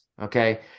Okay